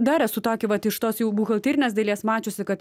dar esu tokį vat iš tos jau buhalterinės dalies mačiusi kad